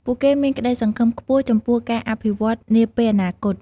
ពួកគេមានក្ដីសង្ឃឹមខ្ពស់ចំពោះការអភិវឌ្ឍន៍នាពេលអនាគត។